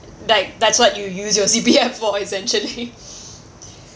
like that's what you use your C_P_F for essentially